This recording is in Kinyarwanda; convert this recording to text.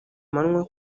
manywa